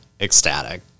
ecstatic